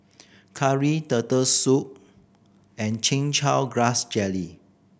curry Turtle Soup and Chin Chow Grass Jelly